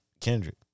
Kendrick